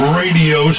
radio